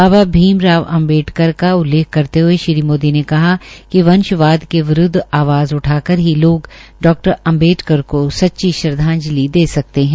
बाबा भीम राव अम्बेडकर का उल्लेख करते हये श्री मोदी ने कहा कि वंशवाद के विरूदव आवाज़ उठाकर ही लोग डा अमबेडकर को सच्ची श्रद्वाजंलि दे सकते है